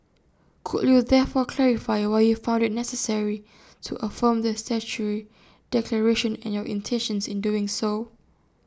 could you therefore clarify why you found IT necessary to affirm the statutory declaration and your intentions in doing so